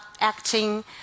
acting